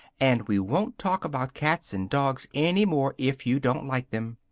and we won't talk about cats and dogs any more, if you don't like them!